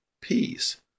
peace